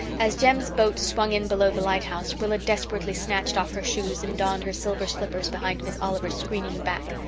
as jem's boat swung in below the lighthouse rilla desperately snatched off her shoes and donned her silver slippers behind miss oliver's screening back.